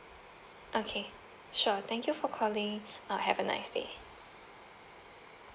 okay sure thank you for calling uh have a nice day